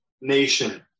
nation